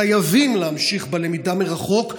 חייבים להמשיך בלמידה מרחוק,